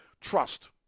Trust